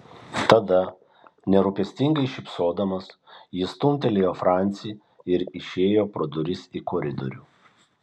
tada nerūpestingai šypsodamas jis stumtelėjo francį ir išėjo pro duris į koridorių